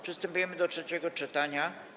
Przystępujemy do trzeciego czytania.